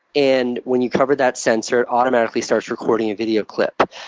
and when you cover that sensor, it automatically starts recording a video clip.